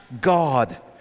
God